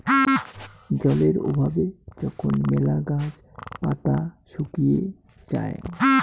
জলের অভাবে যখন মেলা গাছ পাতা শুকিয়ে যায়ং